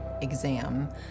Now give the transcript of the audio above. exam